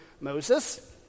Moses